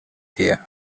here